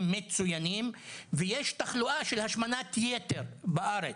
מצוינים ויש פה תחלואה של השמנת יתר בארץ.